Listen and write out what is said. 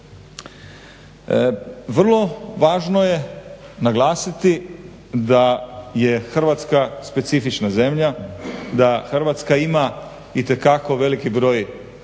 Vrlo važno je naglasiti da je Hrvatska specifična zemlja, da Hrvatska ima itekako veliki broj